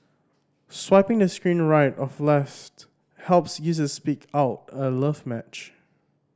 swiping the screen right of left helps users pick out a love match